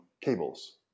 cables